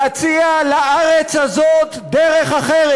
להציע לארץ הזאת דרך אחרת.